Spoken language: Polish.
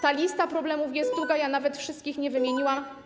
Ta lista problemów jest długa, nawet wszystkich nie wymieniłam.